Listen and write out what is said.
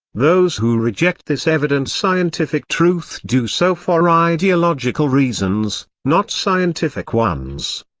those who reject this evident scientific truth do so for ideological reasons, not scientific ones.